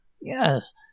Yes